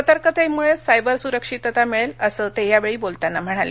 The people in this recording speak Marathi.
सतर्कतेमुळेच सायबर सुरक्षितता मिळेल असं ते यावेळी बोलताना म्हणाले